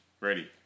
ready